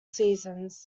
seasons